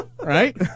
right